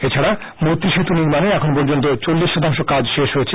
এছাড়া মৈত্রী সেতু নির্মানে এখন পর্যন্ত চল্লিশ শতাংশ কাজ শেষ হয়েছে